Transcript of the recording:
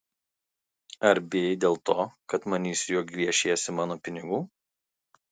ar bijai dėl to kad manysiu jog gviešiesi mano pinigų